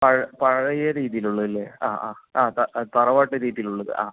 പഴയ പഴയ രീതിയിലുള്ളതല്ലേ ആ ആ ആ ആ ത ആ തറവാട്ട് രീതിയിലുള്ളത് ആ